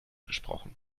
gesprochen